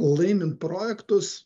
laimint projektus